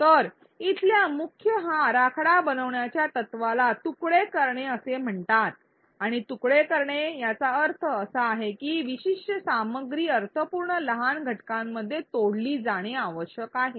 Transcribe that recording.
तर इथल्या मुख्य हा आराखडा बनवण्याच्या तत्त्वाला तुकडे करणे असे म्हणतात आणि तुकडे करणे याचा अर्थ असा आहे की विशिष्ट सामग्री अर्थपूर्ण लहान घटकांमध्ये तोडली जाणे आवश्यक आहे